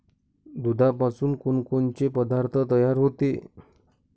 दुधापासून कोनकोनचे पदार्थ तयार होते?